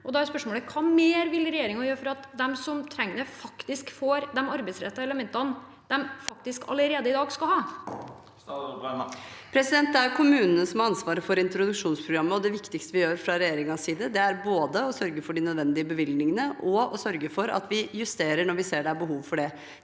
Hva mer vil regjeringen gjøre for at de som trenger det, faktisk får de arbeidsrettede elementene de allerede i dag skal ha? Statsråd Tonje Brenna Det er kommu- nene som har ansvaret for introduksjonsprogrammet, og det viktigste vi gjør fra regjeringens side, er både å sørge for de nødvendige bevilgningene og å sørge for at vi justerer når vi ser det er behov for det.